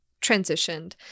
transitioned